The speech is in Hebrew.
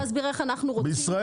אני רוצה להסביר איך אנחנו --- בישראל